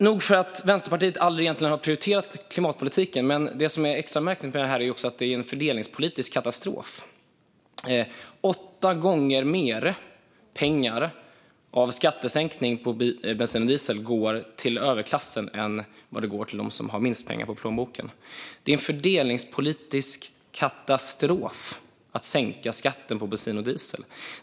Nog för att Vänsterpartiet aldrig har prioriterat klimatpolitiken, men det som är extra märkligt med det här är att det också är en fördelningspolitisk katastrof. Åtta gånger mer pengar av skattesänkningen på bensin och diesel går till överklassen än till dem som har minst pengar i plånboken. Det är en fördelningspolitisk katastrof att sänka skatten på bensin och diesel.